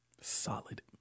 Solid